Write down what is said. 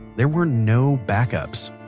there were no backups.